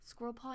Squirrelpaw